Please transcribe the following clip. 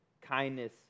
kindness